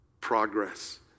progress